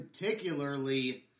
particularly